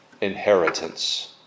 inheritance